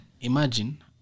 imagine